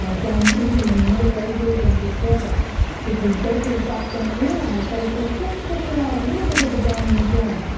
ah done even in the middle ages and before that because bakers back then realized that if they just sifted out a little bit of the bran and the germ,